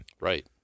Right